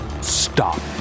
Stop